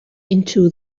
into